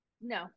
No